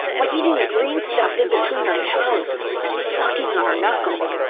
like eating the green stuff in between her toes and sucking on her knuckles.